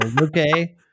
Okay